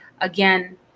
Again